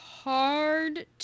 hard